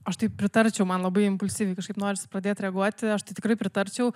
aš tai pritarčiau man labai impulsyviai kažkaip norisi pradėt reaguoti aš tai tikrai pritarčiau